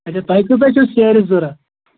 اچھا تۄہہِ کۭژاہ چھو سیرِ ضوٚرَتھ